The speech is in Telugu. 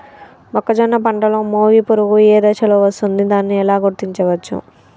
మొక్కజొన్న పంటలో మొగి పురుగు ఏ దశలో వస్తుంది? దానిని ఎలా గుర్తించవచ్చు?